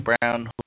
Brown